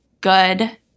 good